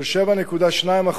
של 7.2%,